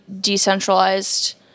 decentralized